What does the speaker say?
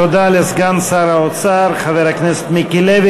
תודה לסגן שר האוצר חבר הכנסת מיקי לוי.